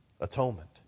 atonement